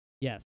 Yes